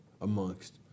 amongst